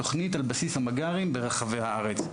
זו תוכנית על בסיס המג״רים ברחבי הארץ.